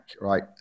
right